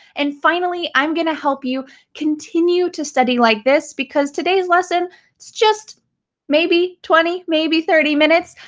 and finally, i'm gonna help you continue to study like this because today's lesson is just maybe twenty, maybe thirty minutes.